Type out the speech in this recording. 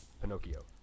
Pinocchio